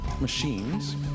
machines